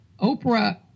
Oprah